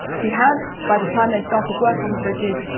he had, by the time they started work on the bridges,